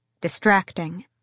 distracting